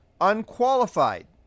unqualified